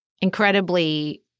incredibly